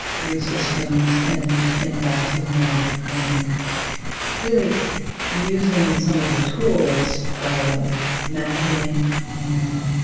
food systems in in baltimore and really using some of the tools of mapping and